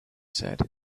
said